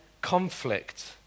conflict